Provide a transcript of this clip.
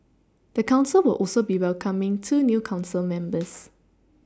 the council will also be welcoming two new council members